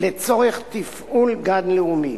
לצורך תפעול גן לאומי.